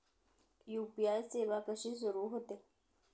UPI सेवा कशी सुरू होते?